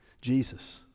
Jesus